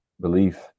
belief